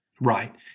Right